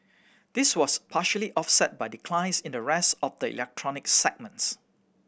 this was partially offset by declines in the rest of the electronic segments